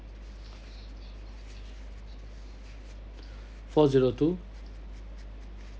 four zero two